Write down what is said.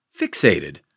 fixated